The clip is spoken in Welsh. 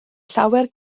llawer